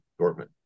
Dortmund